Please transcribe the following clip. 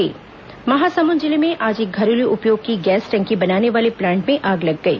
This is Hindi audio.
गैस प्लांट आग महासमुंद जिले में आज एक घरेलू उपयोग की गैस टंकी बनाने वाले प्लांट में आग लग गई